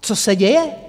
Co se děje?